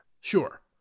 Sure